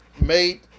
made